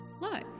look